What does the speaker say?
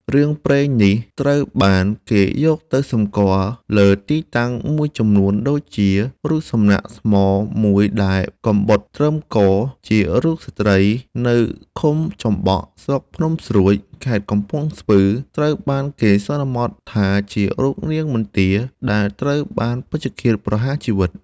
រឿងព្រេងនេះត្រូវបានគេយកទៅសម្គាល់លើទីតាំងមួយចំនួនដូចជា រូបសំណាកថ្មមួយដែលកំបុតត្រឹមក ជារូបស្ត្រីនៅឃុំចំបក់ ស្រុកភ្នំស្រួច ខេត្តកំពង់ស្ពឺ ត្រូវបានគេសន្មតថាជារូបនាងមន្ទា ដែលត្រូវបានពេជ្ឈឃាតប្រហារជីវិត។